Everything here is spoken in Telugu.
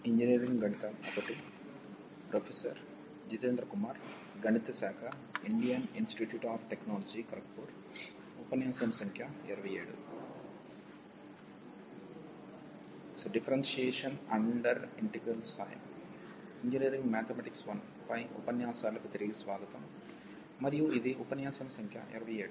ఇంజనీరింగ్ మ్యాథమెటిక్స్ 1 పై ఉపన్యాసాలకు తిరిగి స్వాగతం మరియు ఇది ఉపన్యాసం సంఖ్య 27